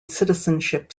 citizenship